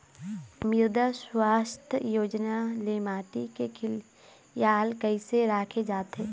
मृदा सुवास्थ योजना ले माटी के खियाल कइसे राखे जाथे?